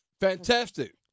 Fantastic